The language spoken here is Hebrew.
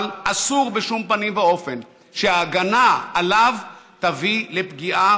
אבל אסור בשום פנים ואופן שההגנה עליו תביא לפגיעה